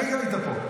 הרגע היית פה.